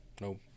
nope